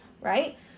right